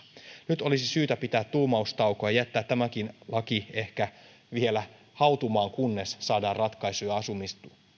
nyt olisi syytä pitää tuumaustauko ja jättää tämäkin laki ehkä vielä hautumaan kunnes saadaan ratkaisuja